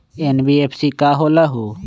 NBFC का होलहु?